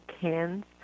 cans